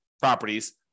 properties